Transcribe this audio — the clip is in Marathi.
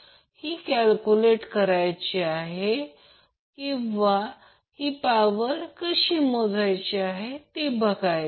आता आपल्याला अँगल Vcb Ic आणि Vcb च्या दरम्यान असावा असे वाटते